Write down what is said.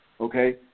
Okay